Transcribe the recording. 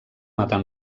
matar